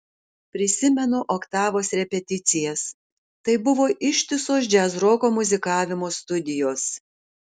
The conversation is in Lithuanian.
prisimenu oktavos repeticijas tai buvo ištisos džiazroko muzikavimo studijos